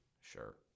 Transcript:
Sure